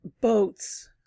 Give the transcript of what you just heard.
boats